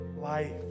Life